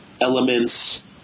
elements